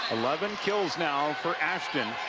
eleven kills now for ashtyn.